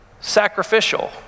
Sacrificial